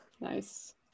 Nice